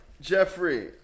Jeffrey